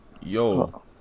yo